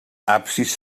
absis